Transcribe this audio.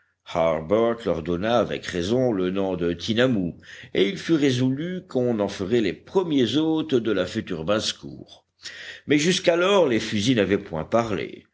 leur donna avec raison le nom de tinamous et il fut résolu qu'on en ferait les premiers hôtes de la future basse-cour mais jusqu'alors les fusils n'avaient point parlé